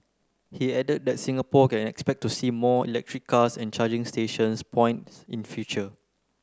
he added that Singapore can expect to see more electric cars and charging stations points in future